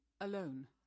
Alone